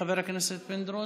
חבר הכנסת פינדרוס,